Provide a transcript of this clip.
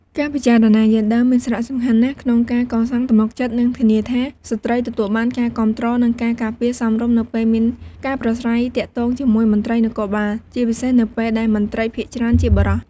ការពិចារណាយេនឌ័រមានសារៈសំខាន់ណាស់ក្នុងការកសាងទំនុកចិត្ត និងធានាថា ស្ត្រីទទួលបានការគាំទ្រ និងការការពារសមរម្យនៅពេលមានការប្រាស្រ័យទាក់ទងជាមួយមន្ត្រីនគរបាល ជាពិសេសនៅពេលដែលមន្ត្រីភាគច្រើនជាបុរស។